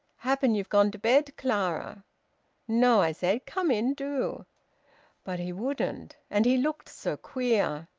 happen you've gone to bed, clara no, i said. come in, do but he wouldn't. and he looked so queer.